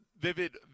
vivid